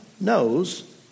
Knows